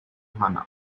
ghana